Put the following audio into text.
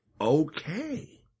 okay